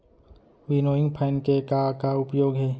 Winnowing fan के का का उपयोग हे?